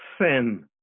sin